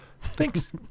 Thanks